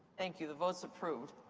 thank you. the vote's approved.